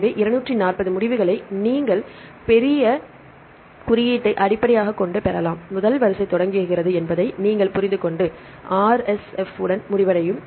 எனவே 240 முடிவுகளை நீங்கள் பெரிய குறியீட்டை அடிப்படையாகக் கொண்டு பெறலாம் முதல் வரிசை தொடங்குகிறது என்பதை நீங்கள் புரிந்துகொண்டு 'RSF' உடன் முடிவடையும்